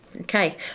Okay